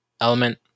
Element